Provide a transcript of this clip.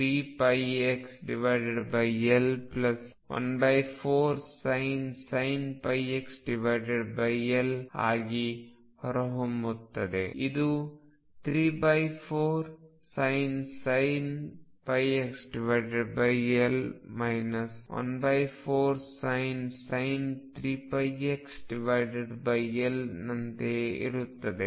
ಆದ್ದರಿಂದ ಇದು 12sin πxL 14sin 3πxL 14sin πxL ಆಗಿ ಹೊರಹೊಮ್ಮುತ್ತದೆ ಇದು 34sin πxL 14sin 3πxL ನಂತೆಯೇ ಇರುತ್ತದೆ